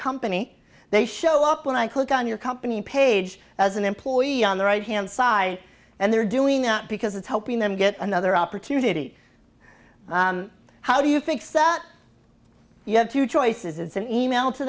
company they show up when i click on your company page as an employee on the right hand side and they're doing that because it's helping them get another opportunity how do you think so you have two choices it's an email to